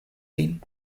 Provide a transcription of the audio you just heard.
lin